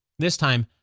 this time,